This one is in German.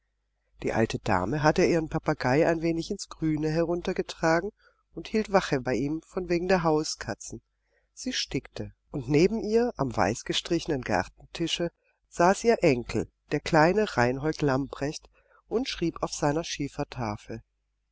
die alte dame hatte ihren papagei ein wenig ins grüne heruntergetragen und hielt wache bei ihm von wegen der hauskatzen sie stickte und neben ihr am weißgestrichenen gartentische saß ihr enkel der kleine reinhold lamprecht und schrieb auf seiner schiefertafel